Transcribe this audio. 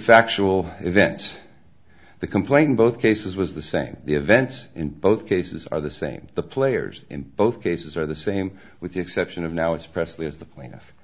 factual events the complaint in both cases was the same the events in both cases are the same the players in both cases are the same with the exception of now it's presley as the plaintiff